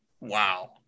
Wow